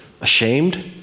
ashamed